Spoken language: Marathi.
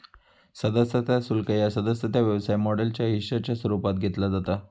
सदस्यता शुल्क ह्या सदस्यता व्यवसाय मॉडेलच्या हिश्शाच्या स्वरूपात घेतला जाता